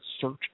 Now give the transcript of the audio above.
search